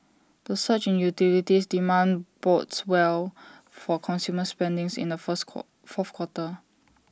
the surge in utilities demand bodes well for consumer spendings in the fourth fourth quarter